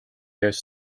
ees